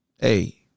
Hey